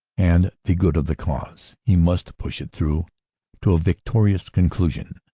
and the good of the cause, he must push it through to a victorious conclusion.